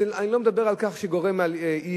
אני לא מדבר על כך שזה גורם לאי-יציבות.